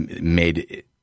made –